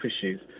issues